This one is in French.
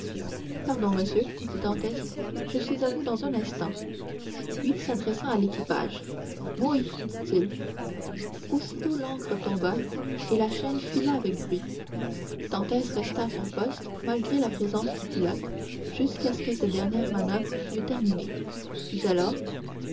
pardon monsieur dit dantès je suis à vous dans un instant puis s'adressant à l'équipage mouille dit-il aussitôt l'ancre tomba et la chaîne fila avec bruit dantès resta à son poste malgré la présence du pilote jusqu'à ce que cette dernière manoeuvre fût terminée puis alors